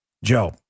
Joe